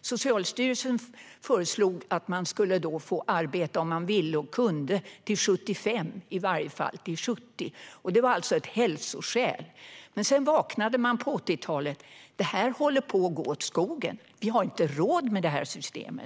Socialstyrelsen föreslog då att man skulle få arbeta om man ville och kunde till 75 år eller i varje fall till 70 år. Det var alltså ett hälsoskäl. Men sedan vaknade man på 1980-talet och insåg att detta höll på att gå åt skogen och att man inte hade råd med detta system.